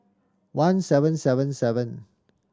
one seven seven seven